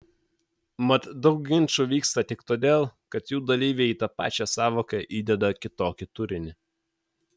mat daug ginčų vyksta tik todėl kad jų dalyviai į tą pačią sąvoką įdeda kitokį turinį